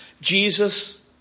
Jesus